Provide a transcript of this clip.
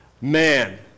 man